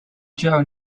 joe